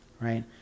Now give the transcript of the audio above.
right